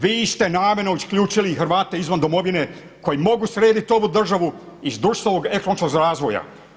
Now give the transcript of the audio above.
Vi ste namjerno isključili i Hrvate izvan domovine koji mogu srediti ovu državu iz društveno ekonomskog razvoja.